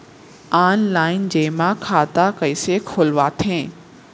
Online जेमा खाता कइसे खोलवाथे?